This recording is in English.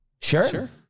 Sure